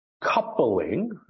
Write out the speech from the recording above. coupling